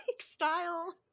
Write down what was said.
style